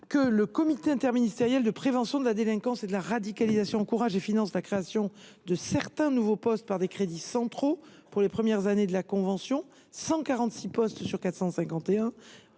outre, le comité interministériel de prévention de la délinquance et de la radicalisation encourage et finance la création de certains nouveaux postes par des crédits centraux pendant les premières années de la convention ; cela concerne 146 postes sur 451.